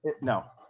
No